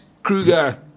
Kruger